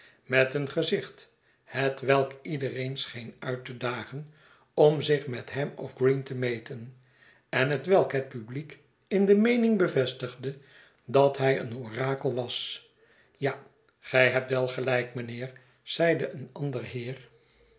met een gezicht hetwelk iedereen scheen uit te dagen om zich met hem of green te meten en hetwelk het publiek in de meening bevestigde dat hij een orakel was ja gij hebt wel gelijk mijnheer i zeide een ander heer